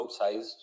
outsized